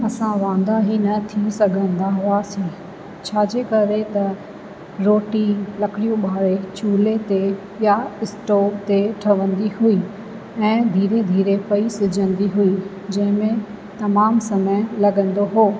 असां वांदा ई न थी सघंदा हुआसीं छा जे करे त रोटी लकिड़ियूं ॿारे चूल्हे या स्टॉव ते ठहंदी हुई ऐं धीरे धीरे पई सिजंदी हुई जंहिं में तमामु समय लॻंदो हो